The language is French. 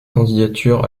candidature